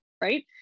right